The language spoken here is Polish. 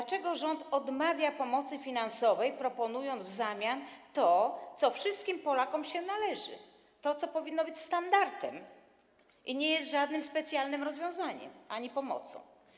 Dlaczego rząd odmawia pomocy finansowej, proponując w zamian to, co wszystkim Polakom się należy, co powinno być standardem, co nie jest żadnym specjalnym rozwiązaniem ani pomocą?